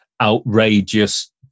outrageous